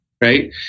Right